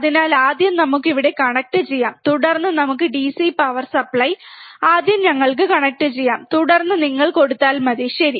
അതിനാൽ ആദ്യം നമുക്ക് ഇവിടെ കണക്റ്റുചെയ്യാം തുടർന്ന് നമുക്ക് ഡിസി പവർ സപ്ലൈ ആദ്യം ഞങ്ങൾക്ക് കണക്റ്റുചെയ്യാം തുടർന്ന് നിങ്ങൾ കൊടുത്താൽ മതി ശരി